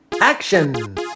Action